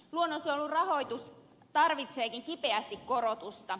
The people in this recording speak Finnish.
luonnonsuojelurahoitus tarvitseekin kipeästi korotusta